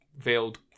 veiled